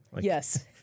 Yes